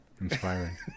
Inspiring